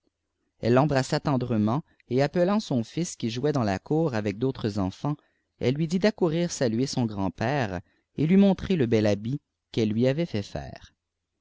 elle remi rassa tendrement et appelant son fils quijouait dans la cour avec d'autres enfants elle lui dit d'accourir saluer son grand-père et lui montrer le bel habit qu'elle lui avait fait